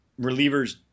relievers